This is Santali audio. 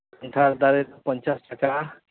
ᱠᱟᱱᱴᱷᱟᱲ ᱫᱟᱨᱮ ᱫᱚ ᱯᱚᱧᱪᱟᱥ ᱴᱟᱠᱟ